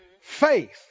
Faith